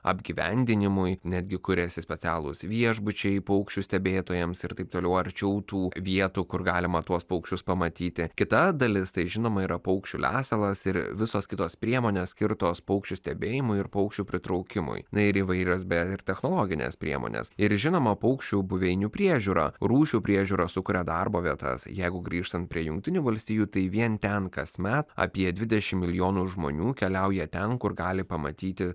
apgyvendinimui netgi kuriasi specialūs viešbučiai paukščių stebėtojams ir taip toliau arčiau tų vietų kur galima tuos paukščius pamatyti kita dalis tai žinoma yra paukščių lesalas ir visos kitos priemonės skirtos paukščių stebėjimui ir paukščių pritraukimui na ir įvairios beje ir technologinės priemonės ir žinoma paukščių buveinių priežiūra rūšių priežiūra sukuria darbo vietas jeigu grįžtant prie jungtinių valstijų tai vien ten kasmet apie dvidešimt milijonų žmonių keliauja ten kur gali pamatyti